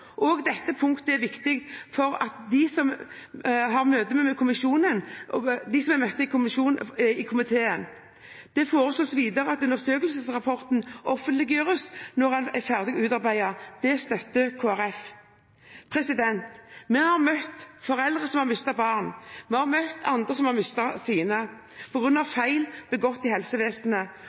Også dette punktet er viktig for dem vi møtte i komiteen. Det foreslås videre at undersøkelsesrapporten offentliggjøres når den er ferdig utarbeidet. Det støtter Kristelig Folkeparti. Vi har møtt foreldre som har mistet barn, vi har møtt andre som har mistet sine på grunn av feil begått i helsevesenet,